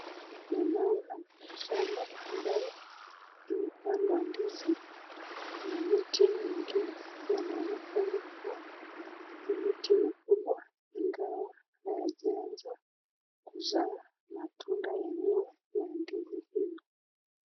Nimeona shamba ambayo imepandwa ndizi na miti mingi yanaonekana kuwa ni miti mikubwa ingawa haijaanza kuzaa matunda yenyewe ya ndizi hili.